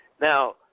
Now